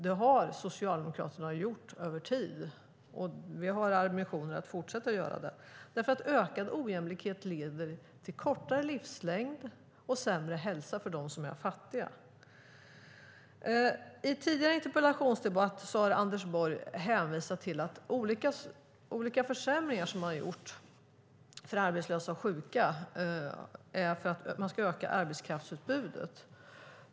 Det har Socialdemokraterna gjort över tid och vi har ambitionen att fortsätta göra det, därför att ökad ojämlikhet leder till kortare livslängd och sämre hälsa för dem som är fattiga. I en tidigare interpellationsdebatt har Anders Borg hänvisat till att de försämringar som har gjorts för arbetslösa och sjuka ska öka arbetskraftsutbudet.